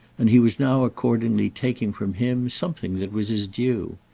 and he was now accordingly taking from him something that was his due.